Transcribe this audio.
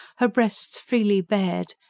her breasts freely bared,